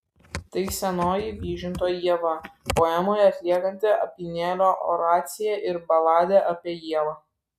tai senoji vyžinto ieva poemoje atliekanti apynėlio oraciją ir baladę apie ievą